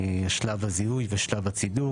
שלב הזיהוי ושלב הצידוק.